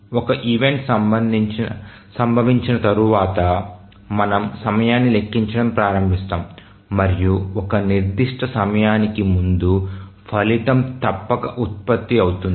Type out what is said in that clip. ఒక ఈవెంట్ సంభవించిన తర్వాత మనము సమయాన్ని లెక్కించడం ప్రారంభిస్తాము మరియు ఒక నిర్దిష్ట సమయానికి ముందు ఫలితం తప్పక ఉత్పత్తి అవుతుంది